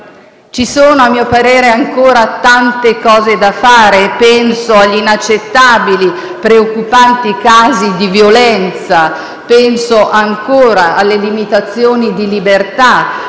ci sono, a mio parere, ancora tante cose da fare: penso agli inaccettabili, preoccupanti, casi di violenza; penso, ancora, alle limitazioni di libertà,